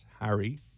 Harry